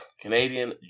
Canadian